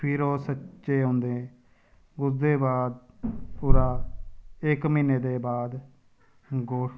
फिर ओह् सच्चे होंदे उसदे बाद पूरा इक म्हीने दे बाद गौ